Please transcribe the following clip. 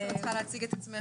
הדיון הזה,